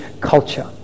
culture